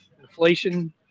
Inflation